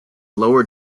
lower